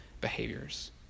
behaviors